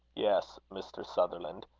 yes, mr. sutherland.